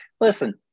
listen